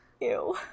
Ew